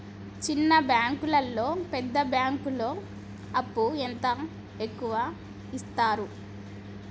చిన్న బ్యాంకులలో పెద్ద బ్యాంకులో అప్పు ఎంత ఎక్కువ యిత్తరు?